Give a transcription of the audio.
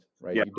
Right